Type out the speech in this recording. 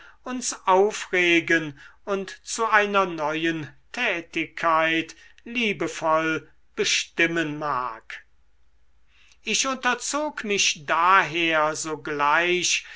uns aufregen und zu einer neuen tätigkeit liebevoll bestimmen mag ich unterzog mich daher sogleich